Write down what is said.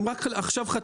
אתם עושים צחוק ממני?